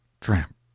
tramp